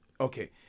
Okay